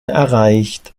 erreicht